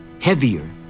heavier